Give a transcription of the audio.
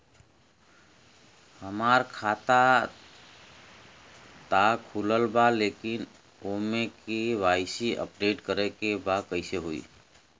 हमार खाता ता खुलल बा लेकिन ओमे के.वाइ.सी अपडेट करे के बा कइसे होई?